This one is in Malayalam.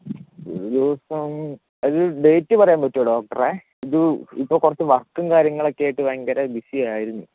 ഒരു ദിവസം അത് ഡേറ്റ് പറയാൻ പറ്റുമോ ഡോക്ടറെ ഇത് ഇപ്പം കുറച്ചു വർക്കും കാര്യങ്ങളൊക്കെ ആയിട്ട് ഭയങ്കര ബിസി ആയിരുന്നു